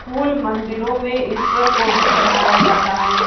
फूल मंदिरों में ईश्वर को भी चढ़ाया जाता है